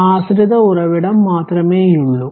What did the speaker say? ആശ്രിത ഉറവിടം മാത്രമേയുള്ളൂ